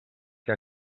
que